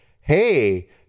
hey